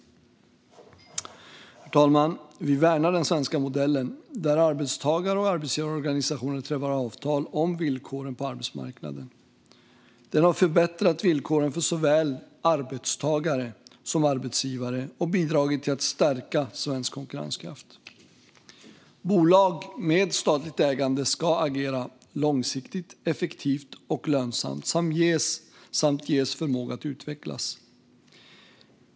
Herr talman! Vi värnar den svenska modellen där arbetstagar och arbetsgivarorganisationer träffar avtal om villkoren på arbetsmarknaden. Den har förbättrat villkoren för såväl arbetstagare som arbetsgivare och bidragit till att stärka svensk konkurrenskraft. Bolag med statligt ägande ska agera långsiktigt, effektivt och lönsamt samt ges förmåga att utvecklas.